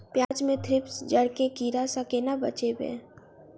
प्याज मे थ्रिप्स जड़ केँ कीड़ा सँ केना बचेबै?